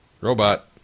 Robot